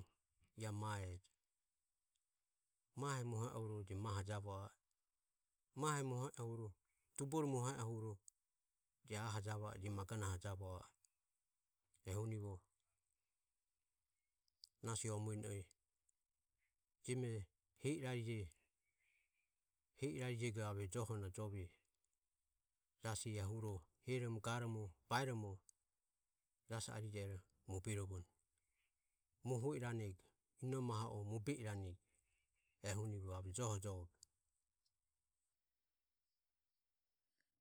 Iae mae ejo mahe mohe ohuro je mae javo a e mahe mohe ohuro tubore mohe ohuro je aho javo a e je magonahe javo a e ehunivo nasi o mueno e jeme he irarijego ave joho na jove jasi ehuro heromo garomo baeromo jasi arijero moberovone moho iranego inomo aho o mobe iranego ehunivo ave joho jove.